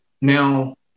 now